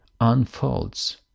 unfolds